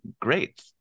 great